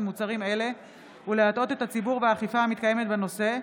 מוצרים אלה ולהטעות את הציבור והאכיפה המתקיימת בנושא,